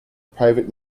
private